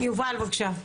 יובל, בבקשה.